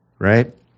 Right